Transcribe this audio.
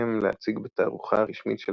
שבקשותיהם להציג בתערוכה הרשמית של